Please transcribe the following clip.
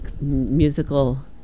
musical